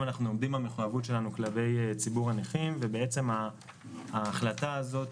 אנחנו עומדים במחויבות שלנו כלפי ציבור הנכים וההחלטה הזאת,